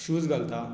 shoes घालता